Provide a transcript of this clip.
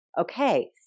okay